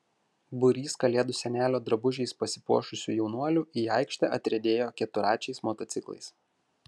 būrys kalėdų senelio drabužiais pasipuošusių jaunuolių į aikštę atriedėjo keturračiais motociklais